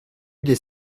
des